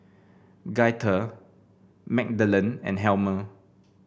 Gaither Magdalen and Helmer